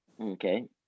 Okay